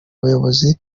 abayobozi